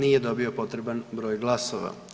Nije dobio potreban broj glasova.